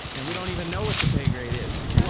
and we don't even know what your pay grade is, because yeah